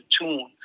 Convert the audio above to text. tune